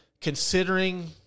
considering